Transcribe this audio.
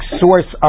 source